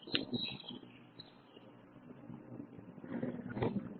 അതിനാൽ ഞാൻ അത് മായ്ക്കട്ടെ